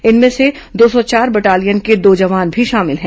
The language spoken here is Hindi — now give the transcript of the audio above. इनमें से दो सौ चार बटालियन के दो जवान भी शामिल हैं